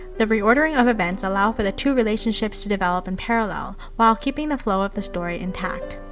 the reordering of events allow for the two relationships to develop in parallel, while keeping the flow of the story intact.